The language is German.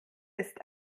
ist